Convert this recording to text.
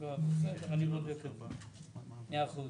היא העירה הערות